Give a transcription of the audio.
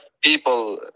people